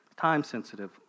Time-sensitive